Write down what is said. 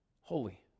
Holy